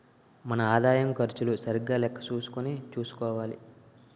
మన ఆదాయం ఖర్చులు సరిగా లెక్క చూసుకుని చూసుకోవాలి